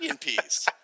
piece